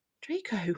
Draco